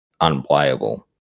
unplayable